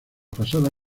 pasada